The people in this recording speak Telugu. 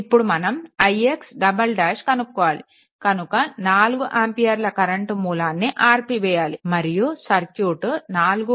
ఇప్పుడు మనం ix " కనుక్కోవాలి కనుక 4 ఆంపియర్ల కరెంట్ మూలాన్ని ఆర్పివేయాలి మరియు సర్క్యూట్ 4